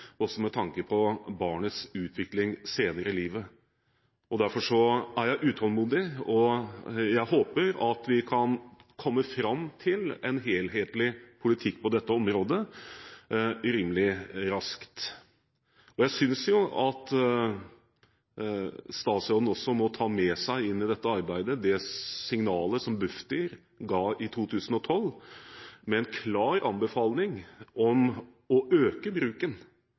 også med tanke på barnets utvikling senere i livet. Derfor er jeg utålmodig, og jeg håper at vi kan komme fram til en helhetlig politikk på dette området rimelig raskt. Jeg synes at statsråden også må ta med seg inn i dette arbeidet det signalet som Bufdir ga i 2012, med en klar anbefaling om å øke bruken